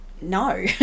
no